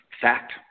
fact